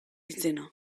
izena